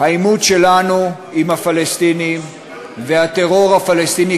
העימות שלנו עם הפלסטינים והטרור הפלסטיני